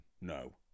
No